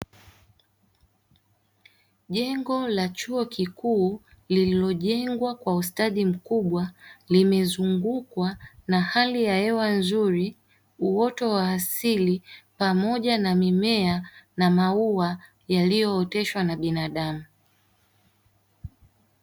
Jengo la chuo kikuu lililojengwa kwa ustadi mkubwa limezungukwa na hali ya hewa nzuri, uoto wa asili pamoja na mimea na maua yaliyooteshwa na binaadamu.